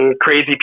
crazy